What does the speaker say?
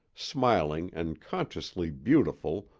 smiling and consciously beautiful,